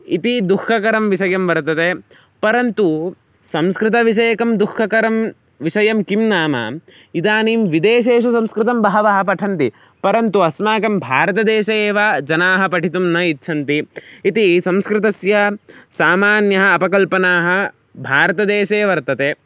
इति दुःखकरं विषयं वर्तते परन्तु संस्कृतविषयकं दुःखकरं विषयं किं नाम इदानीं विदेशेषु संस्कृतं बहवः पठन्ति परन्तु अस्माकं भारतदेशे एव जनाः पठितुं न इच्छन्ति इति संस्कृतस्य सामान्यः अपकल्पनाः भारतदेशे वर्तते